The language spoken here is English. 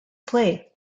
play